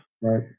right